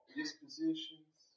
dispositions